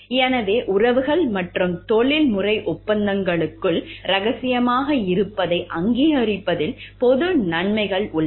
எனவே உறவுகள் மற்றும் தொழில்முறை ஒப்பந்தங்களுக்குள் இரகசியமாக இருப்பதை அங்கீகரிப்பதில் பொது நன்மைகள் உள்ளன